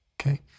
Okay